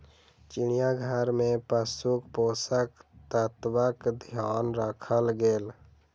चिड़ियाघर में पशुक पोषक तत्वक ध्यान राखल गेल